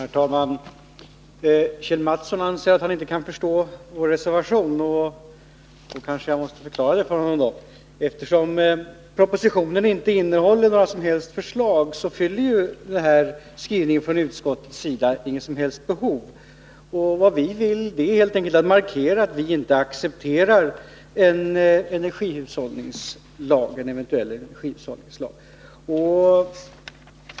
Herr talman! Kjell Mattsson anser att han inte kan förstå vår reservation, och jag måste kanske förklara den för honom. Eftersom propositionen inte innehåller några som helst förslag på denna punkt, fyller ju skrivningen från utskottets sida inte något behov. Vad vi vill är helt enkelt att markera att vi inte accepterar en eventuell energihushållningslag.